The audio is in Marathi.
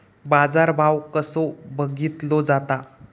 बाजार भाव कसो बघीतलो जाता?